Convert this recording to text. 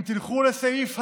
אם תלכו לסעיף הדיווח,